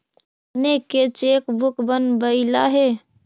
अपने के cheque book बनवइला हे